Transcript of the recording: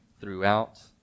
throughout